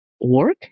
work